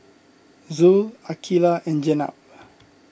Zul Aqilah and Jenab